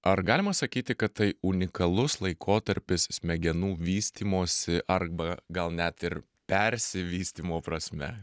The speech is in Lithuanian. ar galima sakyti kad tai unikalus laikotarpis smegenų vystymosi arba gal net ir persivystymo prasme